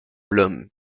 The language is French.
blum